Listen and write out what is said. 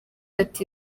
ati